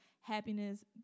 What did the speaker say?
happiness